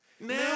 now